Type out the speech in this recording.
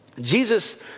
Jesus